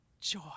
joy